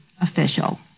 official